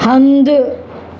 हंधु